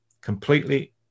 completely